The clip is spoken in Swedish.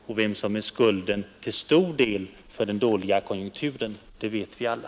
Och vems politik som till stor del bär skulden för den dåliga konjunkturen, det vet vi alla,